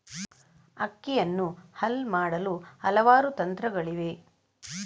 ಅಕ್ಕಿಯನ್ನು ಹಲ್ ಮಾಡಲು ಹಲವಾರು ತಂತ್ರಗಳಿವೆ